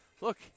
look